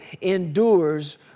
endures